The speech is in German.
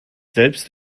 selbst